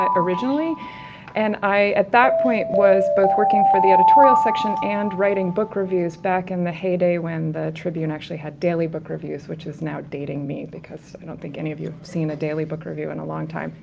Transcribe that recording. ah originally and i, at that point, was both working for the editorial section and writing book reviews, back in the heyday when the tribune actually had daily book reviews, which is now dating me because i don't think any of you seen a daily book review in a long time,